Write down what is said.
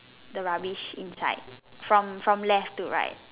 the rubbish inside from from left to right